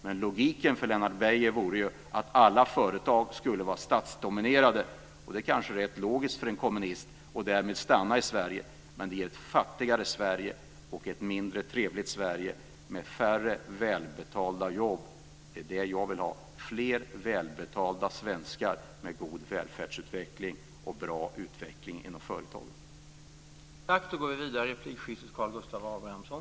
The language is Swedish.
Men logiken för Lennart Beijer vore ju att alla företag skulle vara statsdominerade - det kanske är rätt logiskt för en kommunist - och därmed stanna i Sverige. Men det ger ett fattigare Sverige och ett mindre trevligt Sverige med färre välbetalda jobb. Det som jag vill ha är fler välbetalda svenska med god välfärdsutveckling och bra utveckling inom företagen.